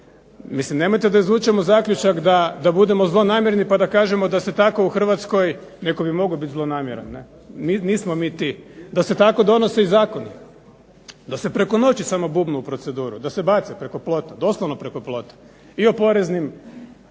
Mislim nemojte da izvučemo zaključak da budemo zlonamjerni pa da kažemo da se tako u Hrvatskoj, netko bi mogao biti zlonamjeran, nismo mi ti, da se tako donose i zakoni, da se preko noći samo bubne u proceduru, da se baci preko plota, doslovno preko plota. I o poreznim